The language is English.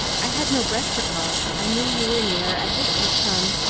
i had no breath to call. i knew you were near, i hoped you'd come,